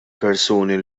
persuni